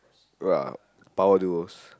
!wah! power duos